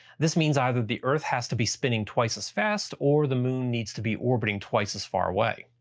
this means either the earth has to be spinning twice as fast, or the moon needs to be orbiting twice as far away.